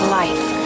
life